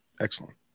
Excellent